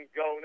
go